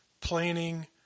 planning